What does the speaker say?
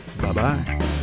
Bye-bye